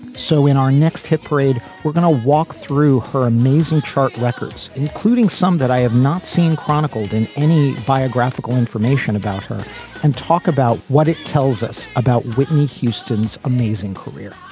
so in our next hit parade. we're going to walk through her amazing chart records, including some that i have not seen chronicled in any biographical information about her and talk about what it tells us about whitney houston's amazing career